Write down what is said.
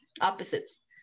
opposites